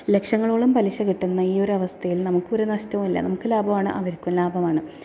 ലക്ഷങ്ങളോളം പലിശ കിട്ടുന്ന ഈ ഒരു അവസ്ഥയിൽ നമ്മുക്കൊരു നഷ്ടവുമല്ല നമുക്കും ലാഭമാണ് അവർക്കും ലാഭമാണ്